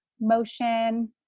motion